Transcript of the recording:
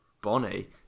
Bonnie